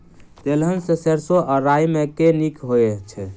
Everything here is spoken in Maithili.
तेलहन मे सैरसो आ राई मे केँ नीक होइ छै?